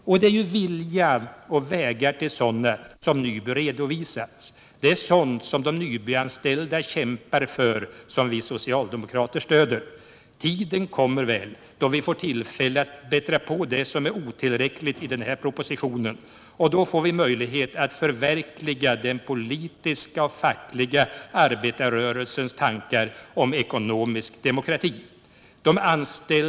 Och det är vilja och vägar till sådana som Nyby redovisat, det är sådant som de Nybyanställda kämpar för och som vi socialdemokrater stöder. Den tid kommer väl då vi får tillfälle att bättra på det som är otillräckligt i den här propositionen, och då får vi möjlighet att förverkliga den politiska och fackliga arbetarrörelsens tankar om ekonomisk demokrati.